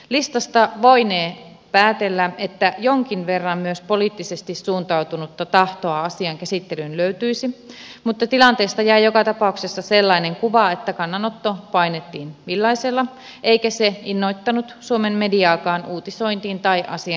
listasta voinee päätellä että jonkin verran myös poliittisesti suuntautunutta tahtoa asian käsittelyyn löytyisi mutta tilanteesta jää joka tapauksessa sellainen kuva että kannanotto painettiin villaisella eikä se innoittanut suomen mediaakaan uutisointiin tai asian käsittelyyn